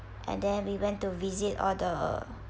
and then we went to visit all the